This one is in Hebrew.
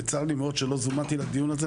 וצר לי מאוד שלא זומנתי לדיון הזה,